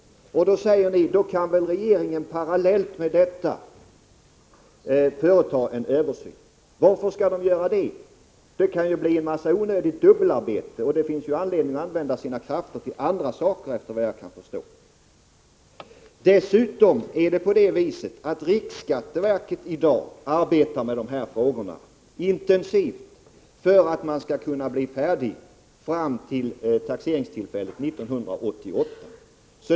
Ni anför nu att regeringen parallellt med detta kan företa en översyn. Varför skall den göra det? Det kan ju innebära en mängd onödigt dubbelarbete, och det finns anledning att använda krafterna till andra saker, efter vad jag kan förstå. Dessutom arbetar riksskatteverket i dag intensivt med dessa frågor för att man skall kunna bli färdig fram till taxeringstillfället 1988.